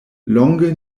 longe